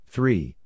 Three